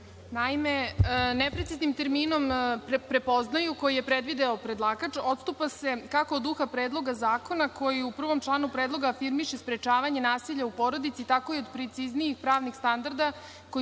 Naime, nepreciznim terminom – prepoznaju, koji je predvideo predlagač odstupa se kako od duha Predloga zakona koji u prvom članupredloga afirmiše sprečavanje nasilja u porodici, tako i precizniji pravnih standarda koji